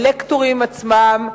הלקטורים עצמם,